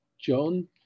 john